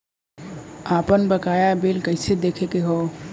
आपन बकाया बिल कइसे देखे के हौ?